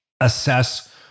assess